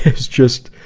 is just,